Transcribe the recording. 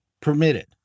permitted